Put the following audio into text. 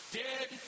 dead